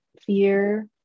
fear